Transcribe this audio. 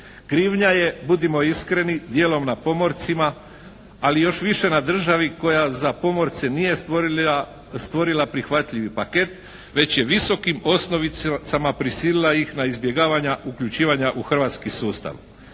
Krivnja je budimo iskreni dijelom na pomorcima, ali još više na državi koja za pomorce nije stvorila prihvatljivi paket, već je visokim osnovicama prisilila ih na izbjegavanja uključivanja u hrvatski sustav.